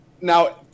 now